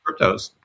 cryptos